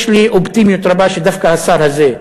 יש לי אופטימיות רבה שדווקא השר הזה,